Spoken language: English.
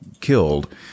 killed